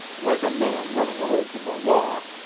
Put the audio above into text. like a man running away from the law,